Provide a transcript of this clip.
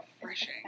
refreshing